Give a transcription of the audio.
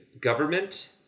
government